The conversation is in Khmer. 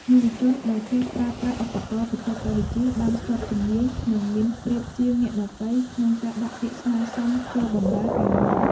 យុវជនដែលចេះប្រើប្រាស់ឧបករណ៍បច្ចេកវិទ្យាបានស្ទាត់ជំនាញនឹងមានប្រៀបជាងអ្នកដទៃក្នុងការដាក់ពាក្យស្នើសុំចូលបម្រើការងារ។